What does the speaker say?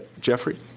Jeffrey